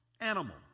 animal